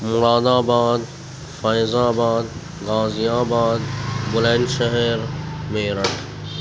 مراد آباد Faizabad Ghaziabad Bulandshahr Meerut